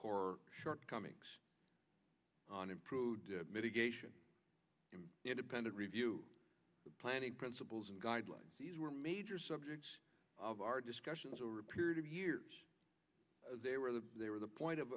core shortcomings on improved mitigation independent review planning principles and guidelines these were major subjects of our discussions over a period of years they were the point of